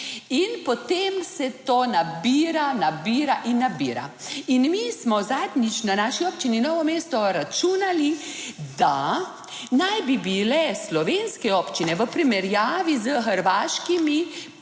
in potem se to nabira, nabira in nabira. In mi smo zadnjič na naši občini Novo mesto računali, da naj bi bile slovenske občine v primerjavi s hrvaškimi,